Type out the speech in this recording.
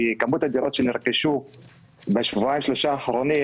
כי כמות הדירות שנרכשה בשבועיים-שלושה האחרונים,